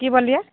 कि बोललियै